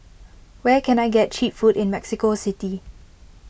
where can I get Cheap Food in Mexico City